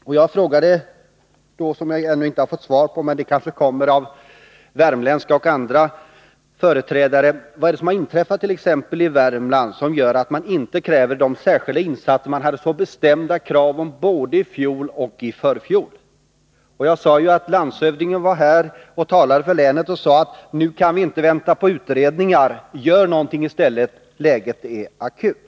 Jag ställde en del frågor som jag ännu inte fått svar på, men det kanske kommer svar från värmländska och andra företrädare för socialdemokraterna. Vad är det som har inträffat i Värmland och som gör att socialdemokraterna inte kräver de särskilda insatser som de hade så bestämda krav på både i fjol och i förfjol? Landshövdingen var ju här och talade för sitt län och sade att vi nu inte kan vänta på utredningar. Gör något i stället! Läget är akut.